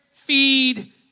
feed